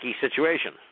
situation